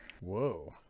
Whoa